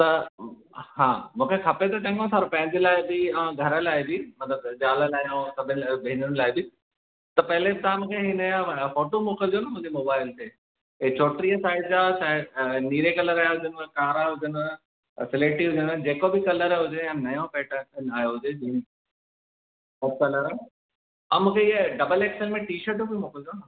त हा मूंखे खपे त चङो पर पंहिंजे लाइ बि ऐं घर लाइ बि मतिलबु ज़ाल लाइ ऐं सभिनि लाइ भेनिरुनि लाइ बि त पहले तव्हां मूंखे हिन जा फोटूं मोकिलिजो न मुंहिंजे मोबाइल ते इहे चोंटीह साइज़ जा चाहे नीरे कलर जा हुजनिव कारा हुजनिव स्लेटी हुजनिव जेको बि कलर हुजे या नयो पैटर्न आयो हुजे जींस में सभु कलर आहिनि ऐं मूंखे इहो डबल एक्सिल में टी शर्टूं बि मोकिलजो न